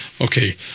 Okay